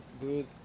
good